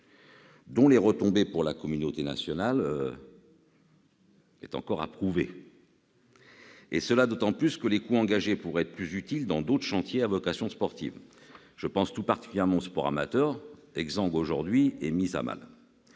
dont les retombées pour la communauté nationale sont encore à prouver, d'autant que les sommes engagées pourraient être plus utiles dans d'autres chantiers à vocation sportive. Je pense tout particulièrement au sport amateur, exsangue aujourd'hui, car mis à mal